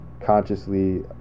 consciously